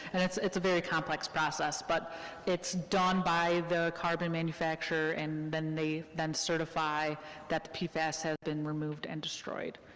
and it's it's a very complex process, but it's done by the carbon manufacturer, and then they then certify that the pfas has been removed and destroyed,